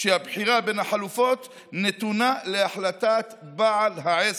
כשהבחירה בין החלופות נתונה להחלטת בעל העסק.